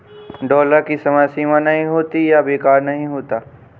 dollar की समय सीमा समाप्त नहीं होती है या बेकार नहीं होती है